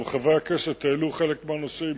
גם חברי הכנסת העלו חלק מהנושאים.